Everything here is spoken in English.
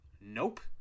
Nope